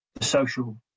social